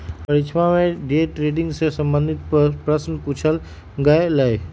परीक्षवा में day trading से संबंधित प्रश्न पूछल गय लय